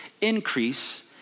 increase